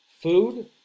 food